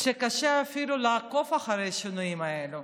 קשה אפילו לעקוב אחרי השינויים האלה.